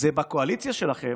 בקואליציה שלכם,